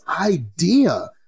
idea